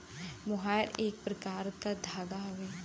मोहायर एक प्रकार क धागा हउवे